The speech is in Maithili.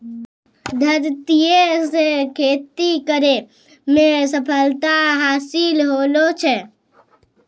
धरतीये से खेती करै मे सफलता हासिल होलो छै